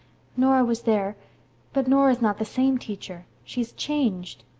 nora was there but nora is not the same, teacher. she is changed.